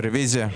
רוויזיה.